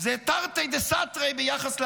זה תרתי דסתרי ביחס להגדרה.